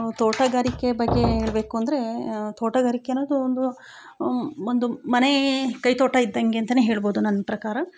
ತೋಟಗಾರಿಕೆ ಬಗ್ಗೆ ಹೇಳ್ಬೇಕು ಅಂದರೆ ತೋಟಗಾರಿಕೆ ಅನ್ನೋದು ಒಂದು ಒಂದು ಮನೇ ಕೈ ತೋಟ ಇದ್ದಂಗೆ ಅಂಥನೆ ಹೇಳ್ಬೋದು ನನ್ನ ಪ್ರಕಾರ